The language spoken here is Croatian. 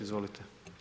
Izvolite.